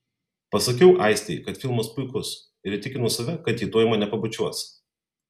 pasakiau aistei kad filmas puikus ir įtikinau save kad ji tuoj mane pabučiuos